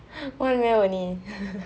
one way only